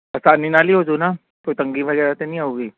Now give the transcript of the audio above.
ਅਸਾਨੀ ਨਾਲ ਹੀ ਹੋਜੂ ਨਾ ਕੋਈ ਤੰਗੀ ਵਗੈਰਾ ਤਾਂ ਨਹੀਂ ਆਉਗੀ